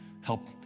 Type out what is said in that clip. Help